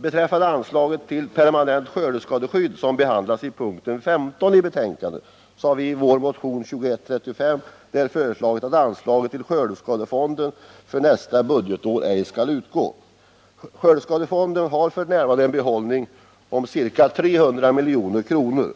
Beträffande anslaget till permanent skördeskadeskydd, som behandlas under punkten 15 i betänkandet, har vi i vår motion 2135 föreslagit att anslaget till skördeskadefonden ej skall utgå för nästa budgetår. Skördeskadefonden har f. n. en behållning på ca 300 milj.kr.